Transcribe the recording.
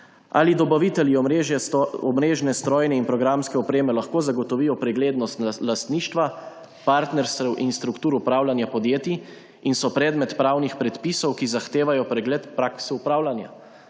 Ali dobavitelji omrežne, strojne in programske opreme lahko zagotovijo preglednost lastništva, partnerstev in strukturo upravljanja podjetij in so predmet pravnih predpisov, ki zahtevajo pregled prakse upravljanja?